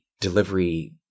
delivery